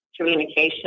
communication